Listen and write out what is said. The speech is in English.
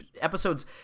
episode's